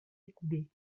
écoulées